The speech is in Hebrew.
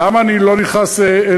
למה אני לא נכנס לאל-אקצא?